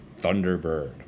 Thunderbird